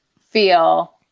feel